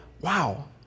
wow